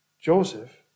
Joseph